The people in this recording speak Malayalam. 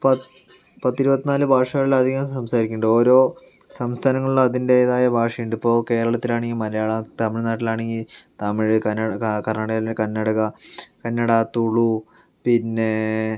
പത്ത് പത്ത് ഇരുപത്തിനാല് ഭാഷകളിൽ അധികം സംസാരിക്കുന്നുണ്ട് ഓരോ സംസ്ഥാനങ്ങളിലും അതിൻ്റെതായ ഭാഷയുണ്ട് ഇപ്പോൾ കേരളത്തിൽ ആണെങ്കിൽ മലയാളം തമിഴ്നാട്ടിൽ ആണെങ്കിൽ തമിഴ് കർണാടക കർണാടകത്തിൽ ആണെങ്കിൽ കന്നടകാ കന്നട തുളു പിന്നെ